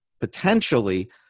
potentially